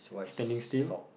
standing still